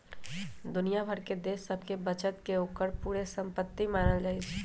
दुनिया भर के देश सभके बचत के ओकर पूरे संपति मानल जाइ छइ